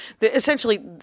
essentially